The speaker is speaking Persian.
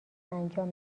انجام